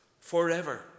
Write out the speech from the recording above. forever